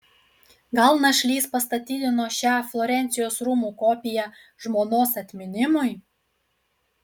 gal našlys pastatydino šią florencijos rūmų kopiją žmonos atminimui